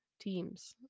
teams